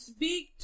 Speak